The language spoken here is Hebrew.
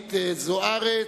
ואורית זוארץ,